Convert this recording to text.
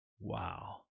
Wow